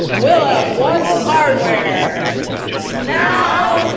we'll have won some hardware now